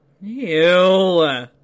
Ew